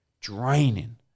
draining